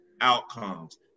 outcomes